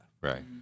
Right